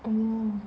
orh